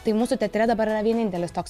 tai mūsų teatre dabar yra vienintelis toks